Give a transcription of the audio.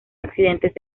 accidentes